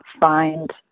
find